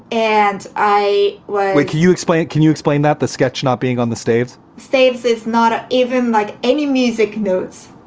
and i. well, like you explain? can you explain that the sketch not being on the states staves it's not ah even like any music notes.